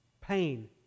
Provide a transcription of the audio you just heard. Pain